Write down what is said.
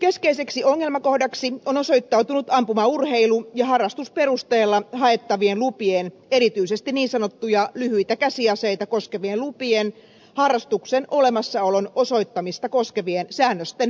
toiseksi keskeiseksi ongelmakohdaksi on osoittautunut ampumaurheilu ja harrastusperusteella haettavien lupien osalta erityisesti niin sanottuja lyhyitä käsiaseita koskevien lupien osalta harrastuksen olemassaolon osoittamista koskevien säännösten väljyys